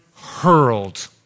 hurled